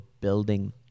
building